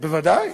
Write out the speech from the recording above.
בוודאי,